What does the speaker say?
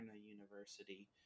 University